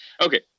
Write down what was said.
Okay